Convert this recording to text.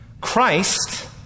Christ